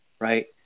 right